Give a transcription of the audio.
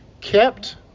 kept